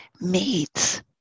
meets